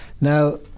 now